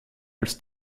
als